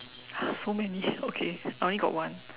!huh! so many okay I only got one